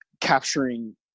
capturing